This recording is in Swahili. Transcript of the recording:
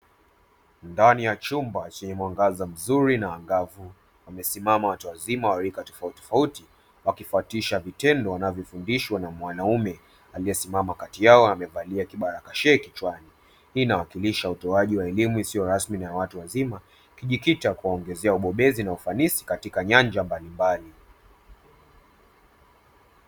Ndani ya chumba chenye mwanganza mzuri na angavu, wamesimama watu wazima wa rika tofautitofauti wakifatisha vitendo wanavyofundishwa na mwanaume aliye simama kati yao amevalia kibagalashia kichwani, hii inawakilisha utoaji wa elimu isiyo rasmi ya watu wazima ikijikita kuongezea ubobezi na ufanisi katika nyanja mbalimbali.